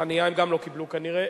חנייה הם גם לא קיבלו כנראה.